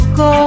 go